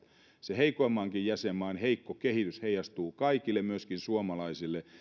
sen heikoimmankin jäsenmaan heikko kehitys heijastuu kaikille myöskin suomalaisille ja